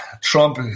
Trump